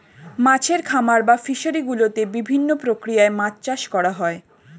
মাছের খামার বা ফিশারি গুলোতে বিভিন্ন প্রক্রিয়ায় মাছ চাষ করা হয়